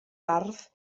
ardd